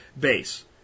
base